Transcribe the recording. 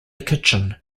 kitchen